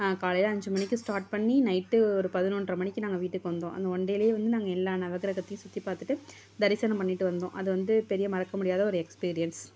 காலையில் அஞ்சு மணிக்கு ஸ்டார்ட் பண்ணி நைட்டு ஒரு பதினொன்ரை மணிக்கு நாங்கள் வீட்டுக்கு வந்தோம் அந்த ஒன் டேலேயே நாங்கள் எல்லா நவக்கிரகத்தையும் சுற்றி பார்த்துட்டு தரிசனம் பண்ணிவிட்டு வந்தோம் அது வந்து பெரிய மறக்க முடியாத ஒரு எக்ஸ்பீரியன்ஸ்